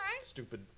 stupid